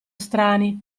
strani